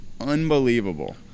unbelievable